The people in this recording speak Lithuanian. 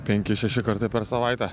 penki šeši kartai per savaitę